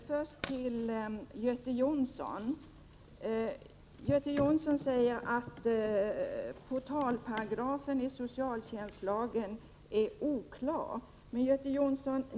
Herr talman! Göte Jonsson säger att portalparagrafen i socialtjänstlagen är oklar.